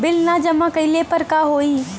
Bill न जमा कइले पर का होई?